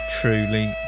truly